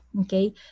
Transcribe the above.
okay